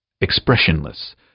Expressionless